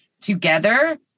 together